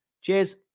Cheers